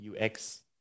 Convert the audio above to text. UX